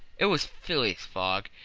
it was phileas fogg,